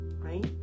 right